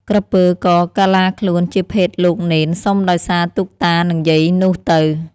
ក្រពើក៏កាឡាខ្លួនជាភេទលោកនេន សុំដោយសារទូកតានិងយាយនោះទៅ ។